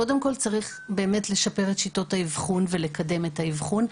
קודם כל צריך באמת לשפר את שיטות האבחון ולקדם את האבחון.